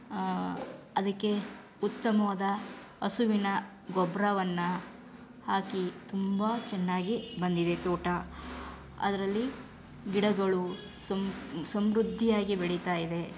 ಅದಕ್ಕೆ ಉತ್ತಮವಾದ ಹಸುವಿನ ಗೊಬ್ಬರವನ್ನ ಹಾಕಿ ತುಂಬ ಚೆನ್ನಾಗಿ ಬಂದಿದೆ ತೋಟ ಅದರಲ್ಲಿ ಗಿಡಗಳು ಸಮ್ ಸಮೃದ್ಧಿಯಾಗಿ ಬೆಳಿತಾ ಇದೆ